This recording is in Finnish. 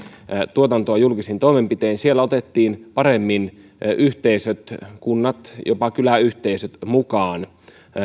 tuotantoa julkisin toimenpitein siellä otettiin paremmin yhteisöt kunnat jopa kyläyhteisöt mukaan